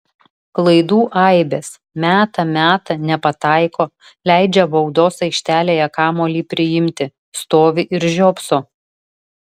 klaidų aibės meta meta nepataiko leidžia baudos aikštelėje kamuolį priimti stovi ir žiopso